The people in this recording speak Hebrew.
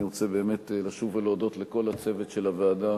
אני רוצה לשוב ולהודות לכל הצוות של הוועדה